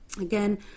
Again